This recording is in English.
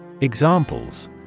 Examples